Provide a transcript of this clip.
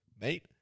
Mate